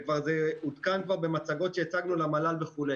וזה עודכן כבר במצגות שהצגנו למל"ל וכו'.